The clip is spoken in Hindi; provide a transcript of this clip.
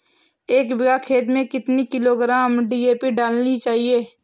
एक बीघा खेत में कितनी किलोग्राम डी.ए.पी डालनी चाहिए?